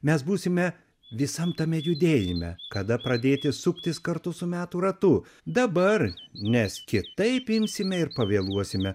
mes būsime visam tame judėjime kada pradėti suktis kartu su metų ratu dabar nes kitaip imsime ir pavėluosime